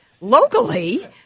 locally